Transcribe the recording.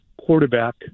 quarterback